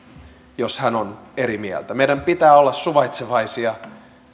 jos hän on eri mieltä meidän pitää olla suvaitsevaisia